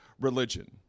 religion